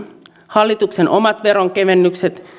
hallituksen omat veronkevennykset